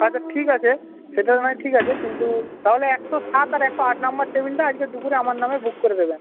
আচ্ছা ঠিক আছে সেটা না হয় ঠিক আছে কিন্তু তাহলে একশো সাত আর একশো আট নাম্বার টেবিলটা আজকে দুপুরে আমার নামে বুক করে দেবেন